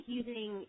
using